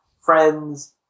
friends